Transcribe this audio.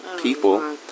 people